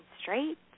straight